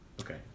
okay